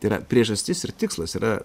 yra priežastis ir tikslas yra